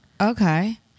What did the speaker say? okay